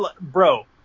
bro